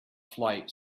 flight